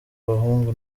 abahungu